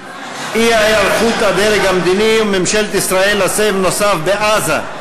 אי-היערכות הדרג המדיני וממשלת ישראל לסבב נוסף בעזה,